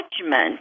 judgment